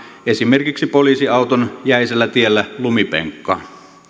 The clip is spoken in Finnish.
esimerkiksi poliisiauton jäisellä tiellä lumipenkkaan